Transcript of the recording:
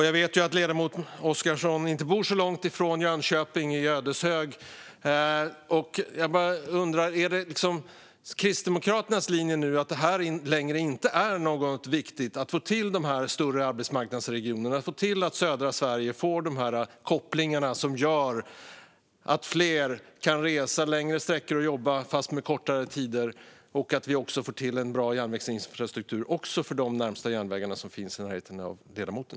Jag vet att ledamoten Oscarsson bor inte så långt från Jönköping, i Ödeshög. Jag bara undrar: Är Kristdemokraternas linje nu att det inte längre är viktigt att få till de här större arbetsmarknadsregionerna, att södra Sverige får de kopplingar som gör att fler kan resa längre sträckor och jobba, fast med kortare tider, och att vi får till en bra järnvägsinfrastruktur för de järnvägar som finns närmast ledamoten?